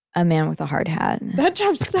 a man with a hard hat. that job sucks!